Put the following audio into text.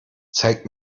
zeig